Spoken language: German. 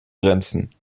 grenzen